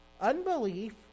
Unbelief